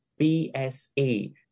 BSE